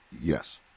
Yes